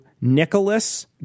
Nicholas